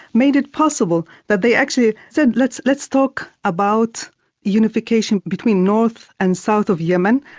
made it possible that they actually said, let's let's talk about unification between north and south of yemen.